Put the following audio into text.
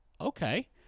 okay